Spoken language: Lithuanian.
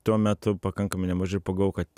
tuo metu pakankamai nemažai ir pagalvojau kad